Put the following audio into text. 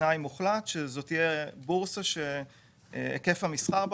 כתנאי מוחלט שזאת תהיה בורסה שהיקף המסחר בה